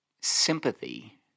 sympathy